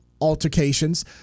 altercations